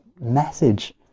message